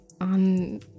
on